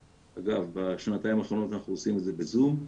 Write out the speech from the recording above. אגב, בשנתיים האחרונות אנחנו עושים את זה בזום,